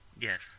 Yes